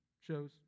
shows